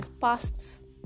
past